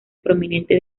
prominentes